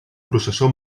processó